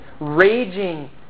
raging